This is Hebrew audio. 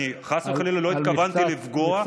אני חס וחלילה לא התכוונתי לפגוע,